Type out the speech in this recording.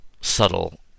subtle